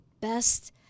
best